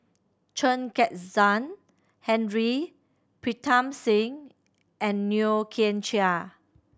Chen Kezhan Henri Pritam Singh and Yeo Kian Chai